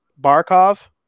Barkov